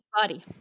body